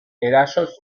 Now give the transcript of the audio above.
erasoz